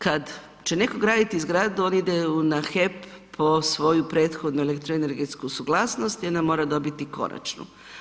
Kad će netko graditi zgradu, on ide na HEP po svoju prethodnu elektroenergetsku suglasnost i onda mora dobiti končanu.